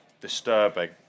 disturbing